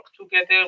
together